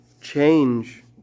change